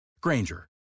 Granger